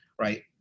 right